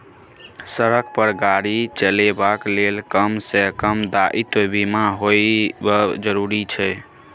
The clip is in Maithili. सड़क पर गाड़ी चलेबाक लेल कम सँ कम दायित्व बीमा होएब जरुरी छै